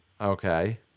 Okay